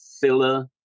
filler